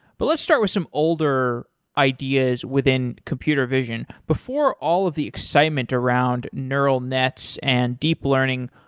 but let's start with some older ideas within computer vision. before all of the excitement around neural nets and deep learning,